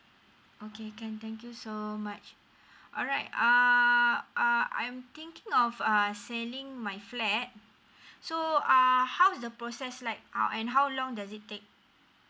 okay can thank you so much alright uh uh I'm thinking of us selling my flat so uh how is the process like uh and how long does it take